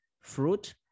fruit